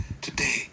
today